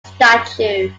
statue